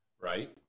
right